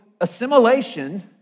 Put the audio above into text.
assimilation